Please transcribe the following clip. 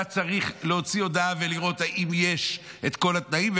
אתה צריך להוציא הודעה ולראות אם יש את כל התנאים,